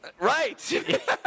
right